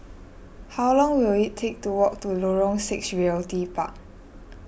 how long will it take to walk to Lorong six Realty Park